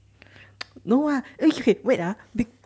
no lah okay okay wait ah